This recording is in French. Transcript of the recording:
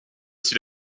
aussi